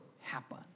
happen